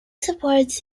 supports